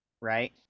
right